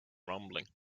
rumbling